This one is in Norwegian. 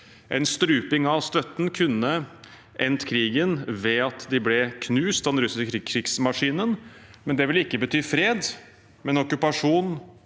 En struping av støtten kunne endt krigen ved at de ble knust av den russiske krigsmaskinen. Men det vil ikke bety fred, men okkupasjon,